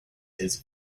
his